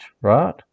right